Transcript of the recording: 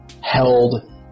held